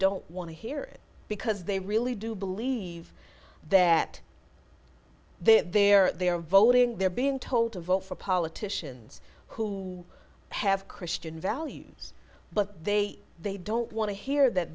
don't want to hear it because they really do believe that they there they are voting they're being told to vote for politicians who have christian values but they they don't want to hear that